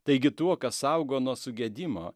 taigi tuo kas saugo nuo sugedimo